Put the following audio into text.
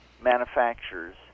manufacturers